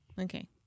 okay